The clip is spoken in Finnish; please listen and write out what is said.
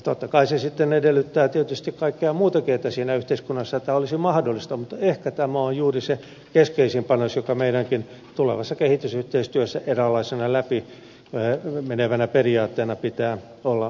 totta kai se sitten edellyttää tietysti kaikkea muutakin että siinä yhteiskunnassa tämä olisi mahdollista mutta ehkä tämä on juuri se keskeisin panos jonka meidänkin tulevassa kehitysyhteistyössä eräänlaisena läpi menevänä periaatteena pitää olla mukana